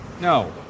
No